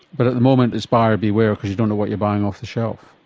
but at the moment it's buyer beware, because you don't know what you're buying off the shelf.